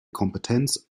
kompetenz